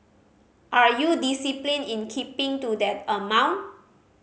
are you disciplined in keeping to that amount